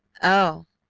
oh!